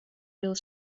build